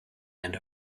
and